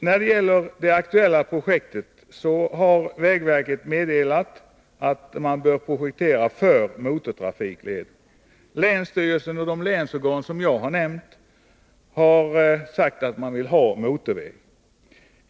När det gäller det aktuella projektet har vägverket meddelat att man bör projektera för motortrafikled. Länsstyrelsen och de övriga länsorgan som jag här nämnt har sagt att man vill ha motorväg.